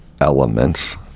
elements